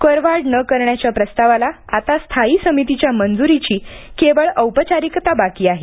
करवाढ न करण्याच्या प्रस्तावाला आता स्थायी समितीच्या मंजुरीची केवळ औपचारिकता बाकी आहे